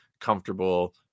comfortable